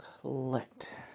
collect